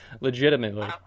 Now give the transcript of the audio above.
Legitimately